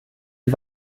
die